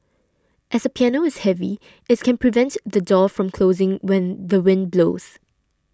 as a piano is heavy it can prevent the door from closing when the wind blows